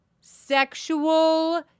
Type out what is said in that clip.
Sexual